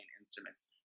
instruments